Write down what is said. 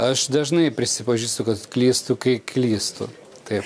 aš dažnai prisipažįstu kad klystu kai klystu taip